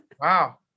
wow